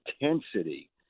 intensity